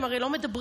הם הרי לא מדברים,